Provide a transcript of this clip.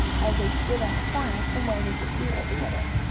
as they stood on the corner, from where they could see the theatre.